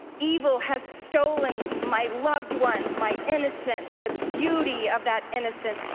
evil has stolen my loved ones, my innocence, the beauty of that innocence,